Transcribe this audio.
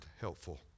helpful